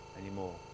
anymore